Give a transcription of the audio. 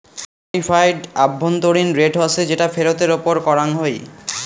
modified আভ্যন্তরীণ rate হসে যেটা ফেরতের ওপর করাঙ হই